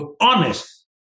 honest